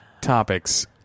topics